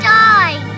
die